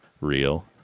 real